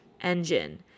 engine